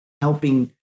helping